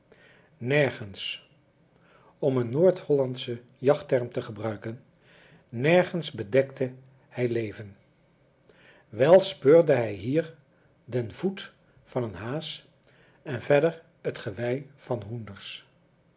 nergens om een noordhollandsche jachtterm te gebruiken nergens bedekte hij leven wel speurde hij hier den voet van een haas en verder het gewei van hoenders